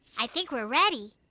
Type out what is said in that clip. i think we're ready.